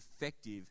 effective